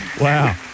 Wow